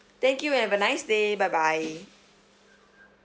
thank you and have a nice day bye bye